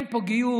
אין פה גיור,